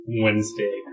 Wednesday